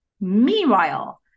Meanwhile